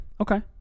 okay